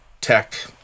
tech